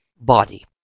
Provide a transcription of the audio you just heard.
body